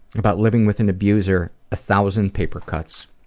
about living with an abuser a thousand paper cuts.